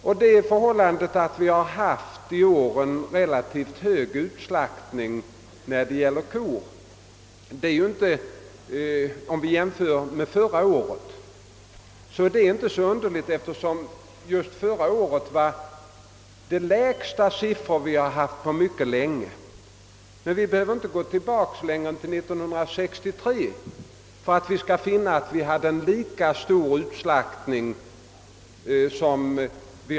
Att vi i år har haft en relativt hög utslaktning av kor jämfört med förra året är inte så underligt, eftersom vi i fjol hade de lägsta siffrorna på mycket länge. Vi behöver emellertid inte gå tillbaka längre än till 1963 för att finna en lika stor utslaktning som årets.